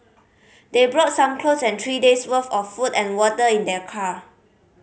they brought some clothes and three days' worth of food and water in their car